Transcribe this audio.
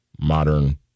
modern